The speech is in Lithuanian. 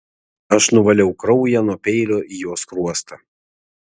aš nuvaliau kraują nuo peilio į jo skruostą